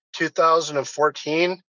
2014